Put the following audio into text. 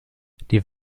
die